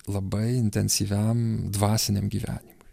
labai intensyviam dvasiniam gyvenimui